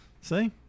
See